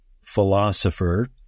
philosopher